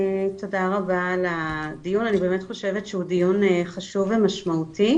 תודה רבה על הדיון אני באמת חושבת שהוא דיון חשוב ומשמעותי,